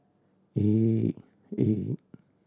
eight eight